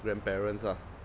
grandparents ah